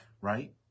right